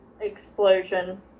explosion